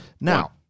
Now